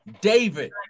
David